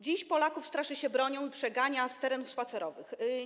Dziś Polaków straszy się bronią i przegania z terenów spacerowych.